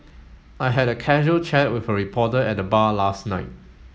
I had a casual chat with a reporter at the bar last night